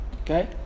Okay